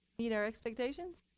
meet our expectations.